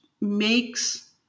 makes